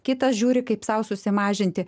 kitas žiūri kaip sau susimažinti